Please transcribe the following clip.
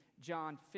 John